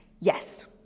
Yes